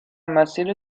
مسیر